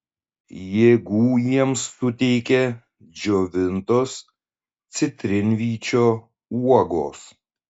jėgų jiems suteikia džiovintos citrinvyčio uogos